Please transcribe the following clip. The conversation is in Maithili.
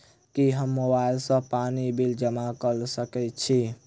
की हम मोबाइल सँ पानि बिल जमा कऽ सकैत छी?